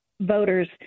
voters